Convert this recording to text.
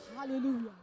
Hallelujah